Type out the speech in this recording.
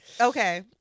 okay